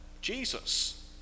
Jesus